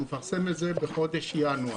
הוא מפרסם את זה בחודש ינואר.